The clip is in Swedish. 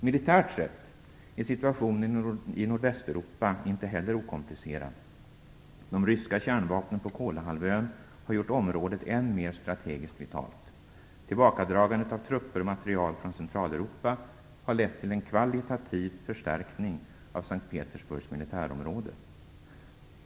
Militärt sett är situationen i Nordvästeuropa inte heller okomplicerad. De ryska kärnvapnen på Kolahalvön har gjort området än mer strategiskt vitalt. Tillbakadragandet av trupper och material från Centraleuropa har lett till en kvalitativ förstärkning av S:t Petersburgs militärområde.